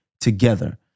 together